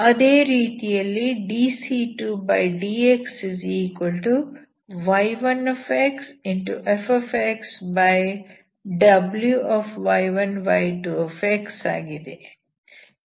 ಅದೇ ರೀತಿಯಲ್ಲಿ dc2dxy1fWy1y2 ಆಗಿದೆ